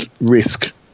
risk